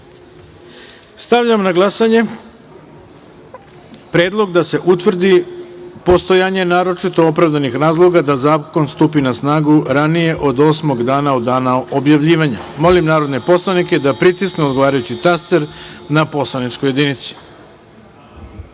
amandman. Stavljam na glasanje predlog da se utvrdi postojanje naročito opravdanih razloga da zakon stupi na snagu ranije od osmog dana od dana objavljivanja. Molim narodne poslanike da pritisnu odgovarajući taster na poslaničkoj jedinici. Glasalo